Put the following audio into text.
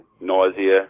nausea